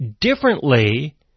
differently